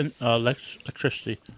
electricity